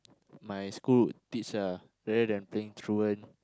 my school teach ah rather than playing truant